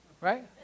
right